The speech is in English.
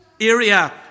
area